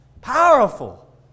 Powerful